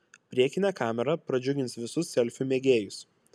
priekinė kamera pradžiugins visus selfių mėgėjus